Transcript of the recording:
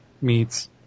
meets